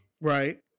right